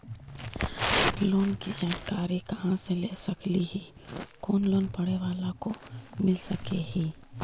Loan की जानकारी कहा से ले सकली ही, कोन लोन पढ़े बाला को मिल सके ही?